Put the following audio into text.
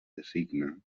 designa